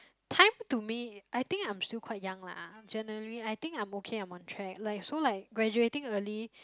time to me I think I'm still quite young lah generally I think I'm okay I'm on track like so like graduating early